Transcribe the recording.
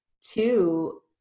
two